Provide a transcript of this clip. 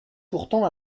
pourtant